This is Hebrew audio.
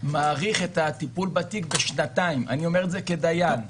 מאריך את הטיפול בתיק בשנתיים אני אומר את זה כדיין.